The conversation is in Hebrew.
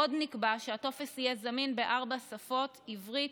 עוד נקבע שהטופס יהיה זמין בארבע שפות: עברית,